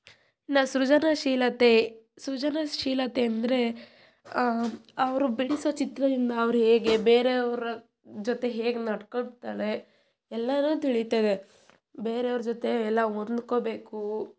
ನ ಸೃಜನಶೀಲತೆ ಸೃಜನಶೀಲತೆ ಅಂದರೆ ಅವರು ಬಿಡಿಸೊ ಚಿತ್ರದಿಂದ ಅವ್ರು ಹೇಗೆ ಬೇರೆಯವರ ಜೊತೆ ಹೇಗೆ ನಡ್ಕೋತಾಳೆ ಎಲ್ಲಾನು ತಿಳಿತದೆ ಬೇರೆಯವ್ರ ಜೊತೆ ಎಲ್ಲ ಹೊಂದ್ಕೊಬೇಕು